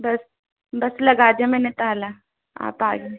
बस बस लगा दिया मैंने ताला आप आ जाएं